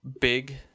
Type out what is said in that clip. big